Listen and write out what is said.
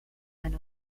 and